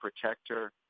protector